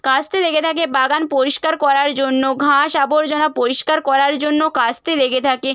কাস্তে লেগে থাকে বাগান পরিষ্কার করার জন্য ঘাস আবর্জনা পরিষ্কার করার জন্য কাস্তে লেগে থাকে